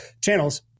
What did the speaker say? channels